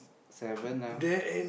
seven ah